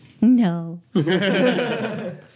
no